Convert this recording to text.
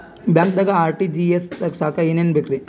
ಬ್ಯಾಂಕ್ದಾಗ ಆರ್.ಟಿ.ಜಿ.ಎಸ್ ತಗ್ಸಾಕ್ ಏನೇನ್ ಬೇಕ್ರಿ?